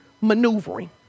maneuvering